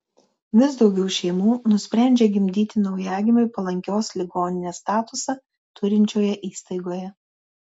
vis daugiau šeimų nusprendžia gimdyti naujagimiui palankios ligoninės statusą turinčioje įstaigoje